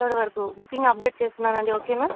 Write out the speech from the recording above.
ఫిబ్రవరి వరకు booking update చేస్తున్నాను అండి ఓకే